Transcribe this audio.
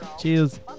cheers